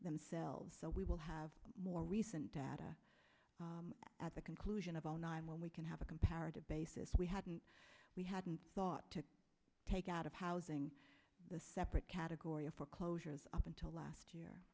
themselves so we will have more recent data at the conclusion of zero nine when we can have a comparative basis we hadn't we hadn't thought to take out of housing the separate category of foreclosures up until last year